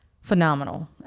phenomenal